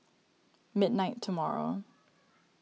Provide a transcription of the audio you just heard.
midnight tomorrow